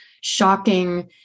shocking